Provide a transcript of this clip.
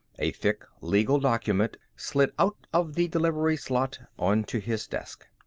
a thick legal document slid out of the delivery slot onto his desk.